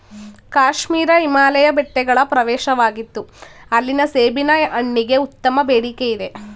ಕಾಶ್ಮೀರ ಹಿಮಾಲಯ ಬೆಟ್ಟಗಳ ಪ್ರವೇಶವಾಗಿತ್ತು ಅಲ್ಲಿನ ಸೇಬಿನ ಹಣ್ಣಿಗೆ ಉತ್ತಮ ಬೇಡಿಕೆಯಿದೆ